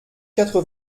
quatre